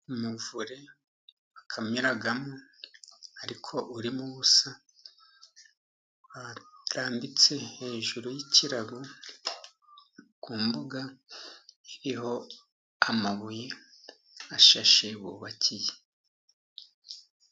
Umuvure bakamiramo ariko urimo ubusa, urambitse hejuru y'ikirago ku mbuga iriho amabuye ashashe bubakiye.